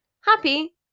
happy